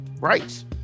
rights